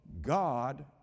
God